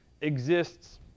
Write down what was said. exists